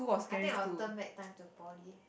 I think I will turn back time to poly